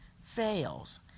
fails